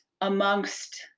amongst